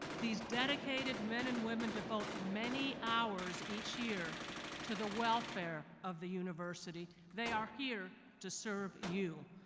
these dedicated men and women devote many hours each year to the welfare of the university. they are here to serve you.